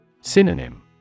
Synonym